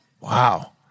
Wow